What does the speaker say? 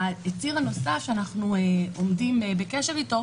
הציר הנוסף שאנחנו עומדים בקשר אתו הוא